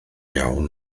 iawn